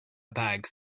bags